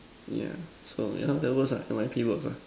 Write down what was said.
yeah so yeah that works ah it might actually works ah